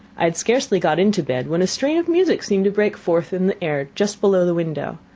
i had scarcely got into bed when a strain of music seemed to break forth in the air just below the window.